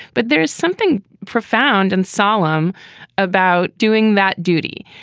but there is something profound and solemn about doing that duty.